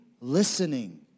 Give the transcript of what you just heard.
listening